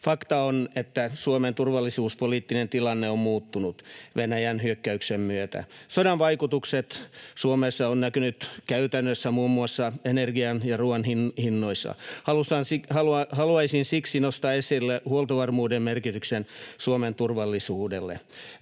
Fakta on, että Suomen turvallisuuspoliittinen tilanne on muuttunut Venäjän hyökkäyksen myötä. Sodan vaikutukset Suomessa ovat näkyneet käytännössä muun muassa energian ja ruuan hinnoissa. Haluaisin siksi nostaa esille huoltovarmuuden merkityksen Suomen turvallisuudelle.